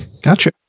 Gotcha